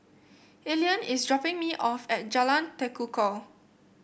Elian is dropping me off at Jalan Tekukor